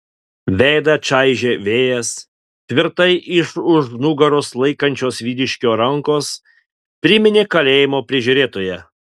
veidą čaižė vėjas tvirtai iš už nugaros laikančios vyriškio rankos priminė kalėjimo prižiūrėtoją